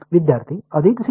विद्यार्थी अधिक 0